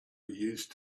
used